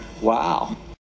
Wow